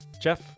Jeff